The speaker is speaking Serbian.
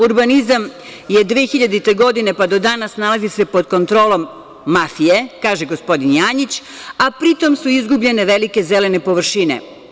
Urbanizam je 2000. godine pa do danas, nalazi se pod kontrolom mafije, kaže gospodin Janjić, a pri tom su izgubljene velike zelene površine.